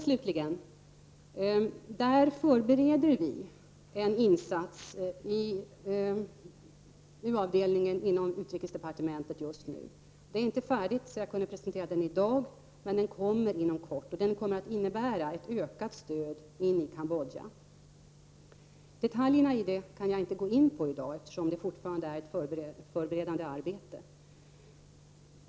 Vi förbereder just nu inom u-avdelningen på utrikesdepartementet en insats för Cambodja. Arbetet är inte färdigt, så jag kan inte presentera det i dag, men en redovisning kommer inom kort. Denna insats kommer att innebära ett ökat stöd i Cambodja. Jag kan i dag inte gå in på detaljerna, eftersom det fortfarande är ett förberedande arbete.